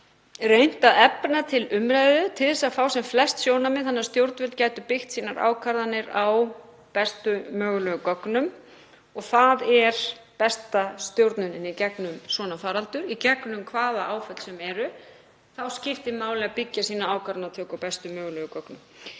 reynt að efna til umræðu til að fá sem flest sjónarmið þannig að stjórnvöld gætu byggt sínar ákvarðanir á bestu mögulegu gögnum og það er besta stjórnunin í gegnum svona faraldur, í gegnum hvaða áföll sem eru, það skiptir máli að byggja sína ákvarðanatöku á bestu mögulegu gögnum.